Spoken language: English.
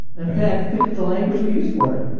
in fact, think of the language we use for it.